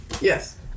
Yes